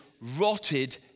rotted